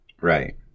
Right